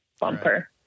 bumper